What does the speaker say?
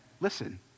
listen